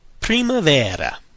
Primavera